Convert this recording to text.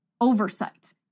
oversight